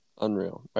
Unreal